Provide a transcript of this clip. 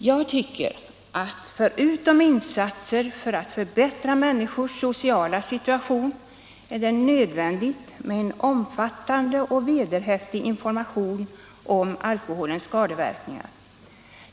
Jag tycker att förutom insatser för att förbättra människors sociala situation är det nödvändigt med en omfattande och vederhäftig information om alkoholens skadeverkningar.